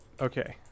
Okay